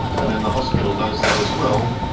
and then the hospital does that as well.